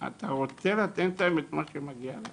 ואתה רוצה לתת להם את מה שמגיע להם,